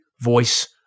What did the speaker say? voice